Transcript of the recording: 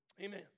Amen